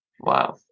Wow